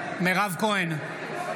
אינה